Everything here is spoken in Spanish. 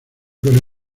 con